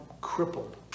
crippled